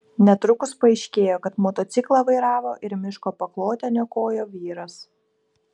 netrukus paaiškėjo kad motociklą vairavo ir miško paklotę niokojo vyras